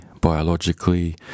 biologically